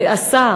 השר,